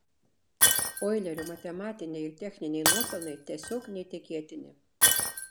oilerio matematiniai ir techniniai nuopelnai tiesiog neįtikėtini